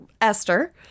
Esther